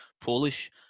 polish